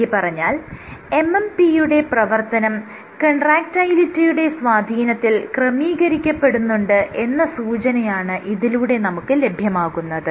ചുരുക്കിപ്പറഞ്ഞാൽ MMP യുടെ പ്രവർത്തനം കൺട്രാക്ടയിലിറ്റിയുടെ സ്വാധീനത്തിൽ ക്രമീകരിക്കപ്പെടുന്നുണ്ട് എന്ന സൂചനയാണ് ഇതിലൂടെ നമുക്ക് ലഭ്യമാകുന്നത്